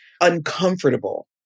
uncomfortable